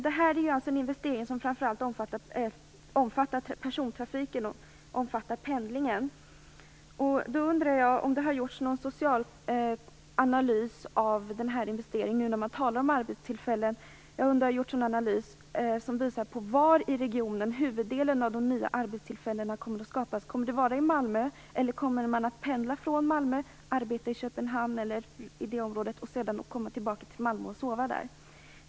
Detta är en investering som framför allt omfattar persontrafiken och pendlingen. Har det gjorts någon social analys av investeringen - när man nu talar om arbetstillfällen - som visar var i regionen huvuddelen av de nya arbetstillfällena kommer att skapas? Kommer det att vara i Malmö? Kommer man att pendla från Malmö, arbeta i Köpenhamn eller i det området och sedan komma tillbaka till Malmö och sova där?